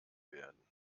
werden